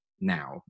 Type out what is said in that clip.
now